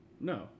No